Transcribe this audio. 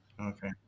Okay